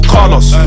Carlos